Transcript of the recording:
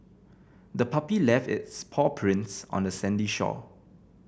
the puppy left its paw prints on the sandy shore